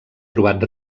trobat